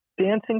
dancing